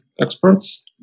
experts